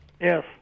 Yes